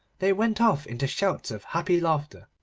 they went off into shouts of happy laughter,